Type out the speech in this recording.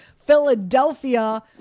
Philadelphia